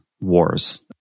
wars